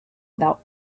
about